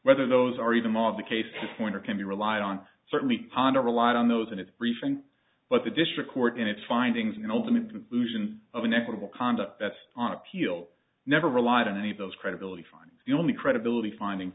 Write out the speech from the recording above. whether those are even more of the case in point or can be relied on certainly ponder relied on those and it's briefing but the district court in its findings and ultimate conclusion of an equitable conduct that's on appeal never relied on any of those credibility fine the only credibility finding